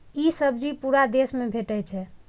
ई सब्जी पूरा देश मे भेटै छै